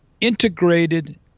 integrated